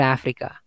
Africa